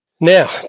Now